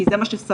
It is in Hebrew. כי זה מה שסברו.